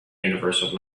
universal